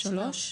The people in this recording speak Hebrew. שלוש.